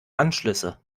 anschlüsse